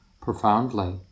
profoundly